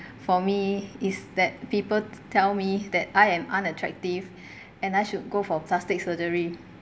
for me is that people tell me that I am unattractive and I should go for plastic surgery